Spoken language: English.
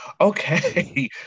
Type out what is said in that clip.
Okay